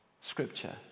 scripture